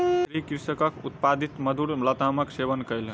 मंत्री कृषकक उत्पादित मधुर लतामक सेवन कयलैन